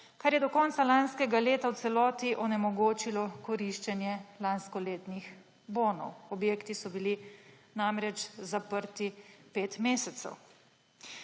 kar je do konca lanskega leta v celoti onemogočilo koriščenje lanskoletnih bonov. Objekti so bili namreč zaprti 5 mesecev.